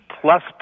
plus